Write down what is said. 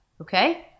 okay